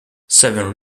seven